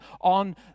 on